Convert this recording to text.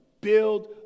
build